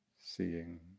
seeing